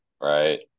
right